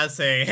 say